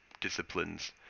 disciplines